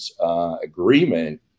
agreement